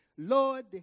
Lord